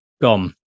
gone